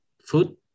food